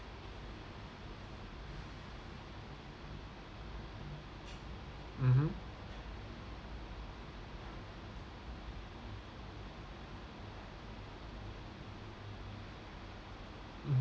mmhmm